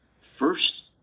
first